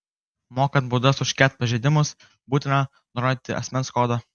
mokant baudas už ket pažeidimus būtina nurodyti asmens kodą